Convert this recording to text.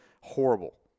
horrible